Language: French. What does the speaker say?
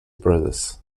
brothers